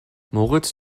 moritz